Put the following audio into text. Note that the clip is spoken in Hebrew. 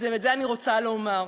את זה אני רוצה לומר.